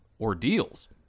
ordeals